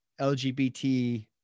LGBT